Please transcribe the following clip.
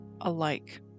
alike